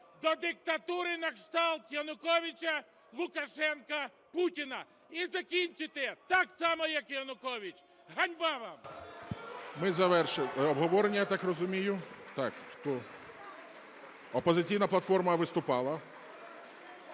до диктатури на кшталт Януковича, Лукашенка, Путіна. І закінчите так само як і Янукович. Ганьба вам! ГОЛОВУЮЧИЙ. Ми завершили обговорення, я так розумію. Так, хто? "Опозиційна платформа" виступала.